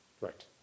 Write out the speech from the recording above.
Right